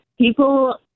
people